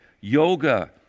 yoga